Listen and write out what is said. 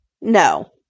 No